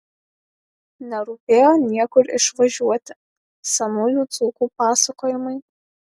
nerūpėjo niekur išvažiuoti senųjų dzūkų pasakojimai